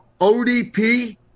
ODP